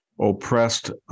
oppressed